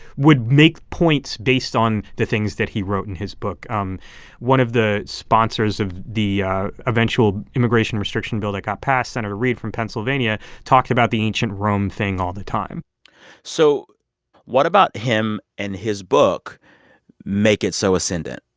would make points based on the things that he wrote in his book. um one of the sponsors of the eventual immigration restriction bill that got passed, senator reed from pennsylvania, talked about the ancient rome thing all the time so what about him and his book make it so ascendant?